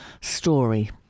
story